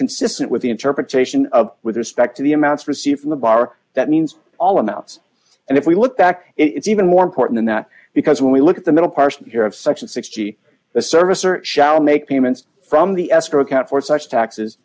consistent with the interpretation of with respect to the amounts received from the bar that means all amounts and if we look back it's even more important than that because when we look at the middle partially here of section sixty the service or shall make payments from the escrow account for such taxes